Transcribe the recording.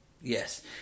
Yes